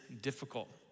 difficult